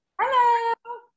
Hello